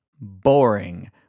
boring